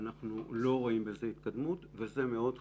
אנחנו לא רואים בזה התקדמות וזה מאוד חשוב,